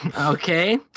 okay